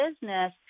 business